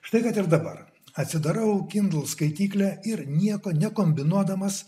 štai kad ir dabar atsidarau kindle skaityklę ir nieko nekombinuodamas